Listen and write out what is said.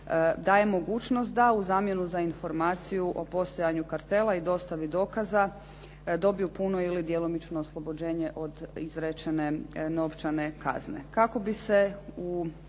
daje mogućnost da u zamjenu za informaciju o postojanju kartela i dostavi dokaza dobiju puno ili djelomično oslobođenje od izrečene novčane kazne.